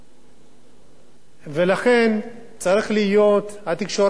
ולכן התקשורת צריכה לחשוב היום,